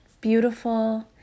beautiful